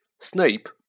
Snape